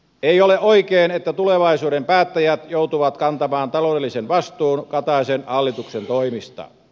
ei ole oikein että tulevaisuuden päättäjät joutuvat kantamaan taloudellisen vastuun kataisen hallituksen toimista